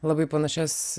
labai panašias